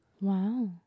Wow